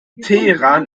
teheran